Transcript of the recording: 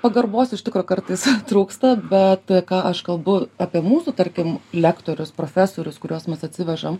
pagarbos iš tikro kartais trūksta bet ką aš kalbu apie mūsų tarkim lektorius profesorius kuriuos mes atsivežam